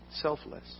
selfless